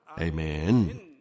Amen